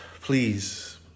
please